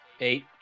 Eight